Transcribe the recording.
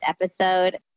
episode